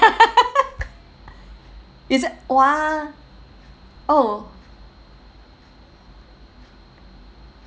is it !wah! oh